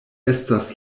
estas